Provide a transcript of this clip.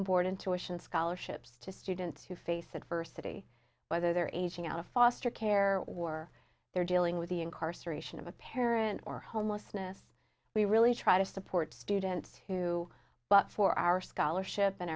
room board and tuition scholarships to students who face adversity whether they're aging out of foster care or they're dealing with the incarceration of a parent or homelessness we really try to support students who but for our scholarship